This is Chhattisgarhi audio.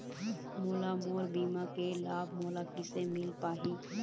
मोला मोर बीमा के लाभ मोला किसे मिल पाही?